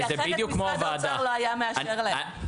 כי אחרת משרד האוצר לא היה מאשר להם.